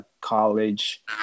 college